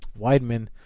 Weidman